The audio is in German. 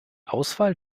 auswahl